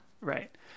Right